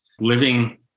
living